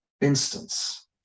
instance